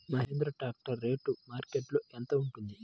Mahindra tractor rate మార్కెట్లో యెంత ఉంటుంది?